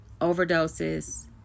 overdoses